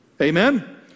Amen